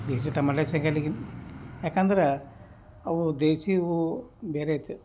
ದೇಸಿ tomato ಸಿಗಲ್ಲ ಈಗ ಯಾಕಂದ್ರೆ ಅವು ದೇಸಿವೂ ಬೇರೆ ಐತಿ